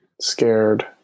scared